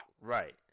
Right